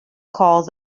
called